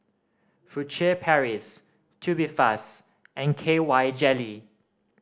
Furtere Paris Tubifast and K Y Jelly